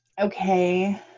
Okay